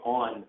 on